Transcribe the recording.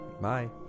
Bye